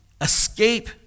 escape